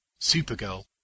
Supergirl